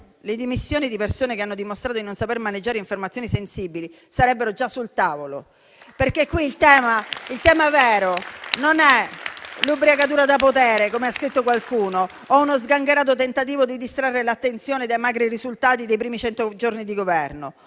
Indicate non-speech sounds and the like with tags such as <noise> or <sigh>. le dimissioni di persone che hanno dimostrato di non saper maneggiare informazioni sensibili sarebbero già sul tavolo. <applause> Qui infatti il tema vero non è l'ubriacatura da potere, come ha scritto qualcuno, o uno sgangherato tentativo di distrarre l'attenzione dai magri risultati dei primi cento giorni di governo.